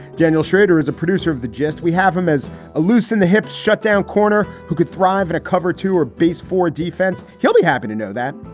daniel schrader is a producer of the gist. we have him as a loose in the hips shut down corner who could thrive in a cover to a base for defense. he'll be happy to know that.